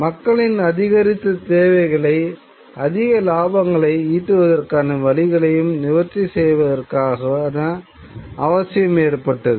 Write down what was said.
மக்களின் அதிகரித்த தேவைகளை அதிக இலாபங்களை ஈட்டுவதற்கான வழிகளையும் நிவர்த்தி செய்வதற்கான அவசியம் ஏற்ப்பட்டது